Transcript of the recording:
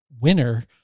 winner